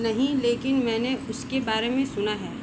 नहीं लेकिन मैंने उसके बारे में सुना है